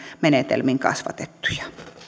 menetelmin kasvatettuja